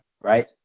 Right